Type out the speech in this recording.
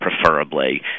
preferably